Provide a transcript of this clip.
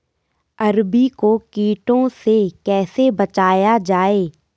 अरबी को कीटों से कैसे बचाया जाए?